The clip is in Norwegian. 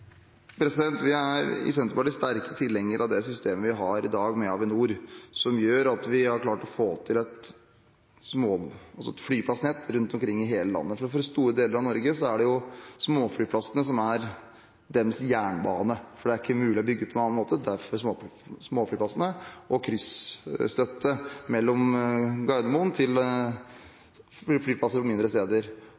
Vi i Senterpartiet er sterke tilhengere av det systemet vi har i dag med Avinor, som gjør at vi har klart å få til et flyplassnett rundt omkring i hele landet. For store deler av Norge er det småflyplassene som er deres jernbane, for det er ikke mulig å bygge på noen annen måte. Derfor er småflyplassene krysstøtte mellom Gardermoen og mindre steder.